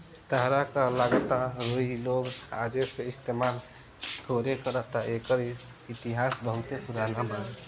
ताहरा का लागता रुई लोग आजे से इस्तमाल थोड़े करता एकर इतिहास बहुते पुरान बावे